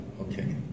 Okay